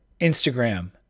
instagram